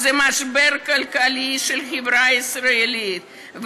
זה משבר כלכלי של החברה הישראלית,